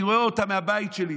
אני רואה אותם מהבית שלי.